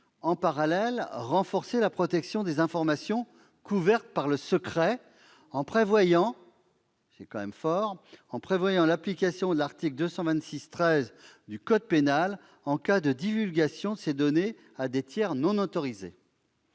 en parallèle, renforcé la protection des informations couvertes par le secret industriel, en prévoyant l'application de l'article 226-13 du code pénal en cas de divulgation de ces données à des tiers non autorisés.